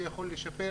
זה יכול לשפר.